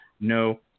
No